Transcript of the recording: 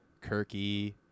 Kirky